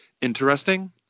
interesting